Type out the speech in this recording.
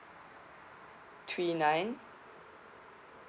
three nine